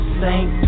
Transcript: saint